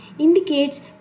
indicates